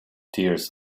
tears